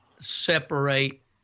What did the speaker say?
separate